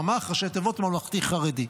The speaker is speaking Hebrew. ממ"ח, ראשי תיבות של ממלכתי חרדי.